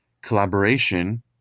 collaboration